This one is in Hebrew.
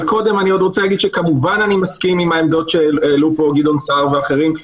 אבל קודם אגיד שאני כמובן מסכים עם העמדות שהעלו פה גדעון סער ואחרים.